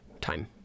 time